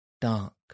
dark